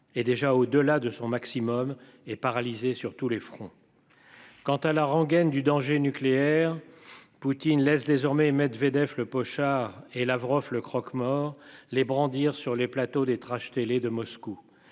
et déjà au delà de son maximum est paralysé sur tous les fronts. Quant à la rengaine du danger nucléaire. Poutine laisse désormais Medvedev le Pochard et Lavrov le croque-mort les brandir sur les plateaux des trash télé de Moscou,